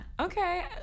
Okay